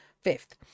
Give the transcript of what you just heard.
fifth